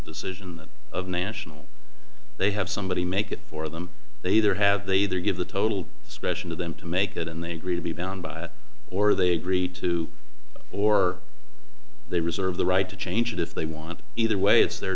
decision of national they have somebody make it for them they either have they either give the total special to them to make it and they agree to be bound by it or they agree to or they reserve the right to change it if they want either way it's their